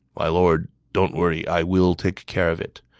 my lord, don't worry. i will take care of it.